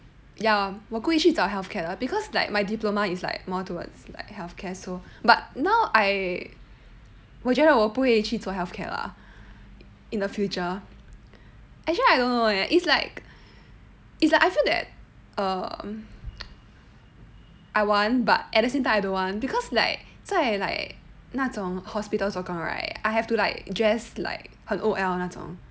ya 我故意去找 healthcare because like my diploma is like more towards like healthcare so but now I 我觉得我不会去 for healthcare lah in the future actually I don't know eh it's like it's like I feel that um I want but at the same time I don't want because like 在 like 那种 hospitals 做工 right I have to like dress like 很 O_L 那种